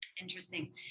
interesting